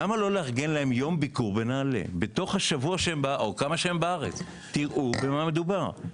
למה לא לארגן להם יום ביקור בנעל"ה בזמן שהם בארץ ויראו במה מדובר.